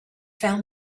found